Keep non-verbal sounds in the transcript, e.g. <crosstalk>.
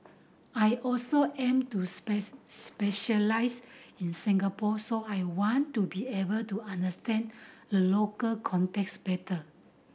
I also aim to <unintelligible> specialise in Singapore so I wanted to be able to understand the local context better